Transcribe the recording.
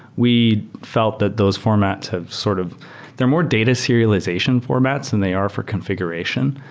we felt that those formats have sort of they're more data serialization formats and they are for confi guration.